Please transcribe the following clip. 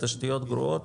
תשתיות גרועות.